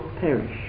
perish